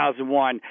2001